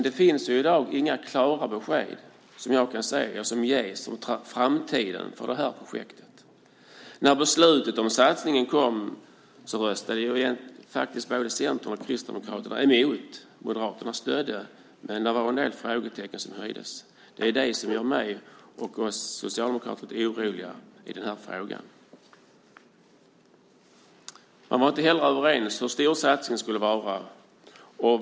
Det ges i dag inga klara besked som jag kan se om framtiden för det här projektet. När beslutet om satsningen kom röstade faktiskt både Centern och Kristdemokraterna emot. Moderaterna stödde, men det var en del frågetecken. Det är det som gör mig och oss socialdemokrater lite oroliga i den här frågan. Man var inte överens om hur stor satsningen skulle vara.